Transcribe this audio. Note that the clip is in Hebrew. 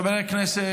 חברי הכנסת,